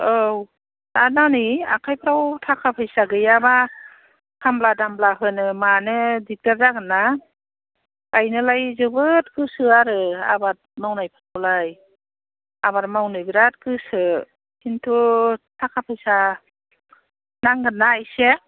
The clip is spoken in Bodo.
औ आरो दा नै आखायफ्राव थाखा फैसा गैयाबा खामला दामला होनो मानो दिगदार जागोन ना गायनोलाय जोबोद गोसो आरो आबाद मावनायखौलाय आबाद मावनो बिराद गोसो खिन्थु थाखा फैसा नांगोनना एसे